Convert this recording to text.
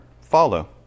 Follow